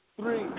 Three